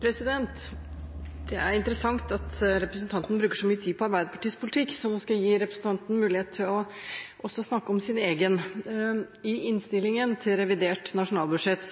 Det er interessant at representanten Limi bruker så mye tid på å snakke om Arbeiderpartiets politikk, så nå skal jeg gi representanten mulighet til også å snakke om sin egen. I innstillingen til revidert nasjonalbudsjett